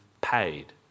paid